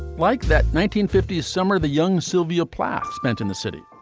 like that nineteen fifty s summer the young sylvia plath spent in the city.